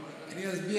אני אסביר